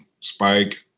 Spike